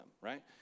right